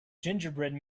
gingerbread